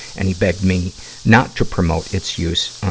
and he begged me not to promote its use, ah,